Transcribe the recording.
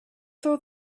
throw